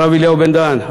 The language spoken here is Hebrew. הרב אליהו בן-דהן,